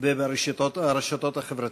וברשתות החברתיות.